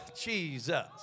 Jesus